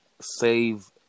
save